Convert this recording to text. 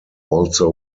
also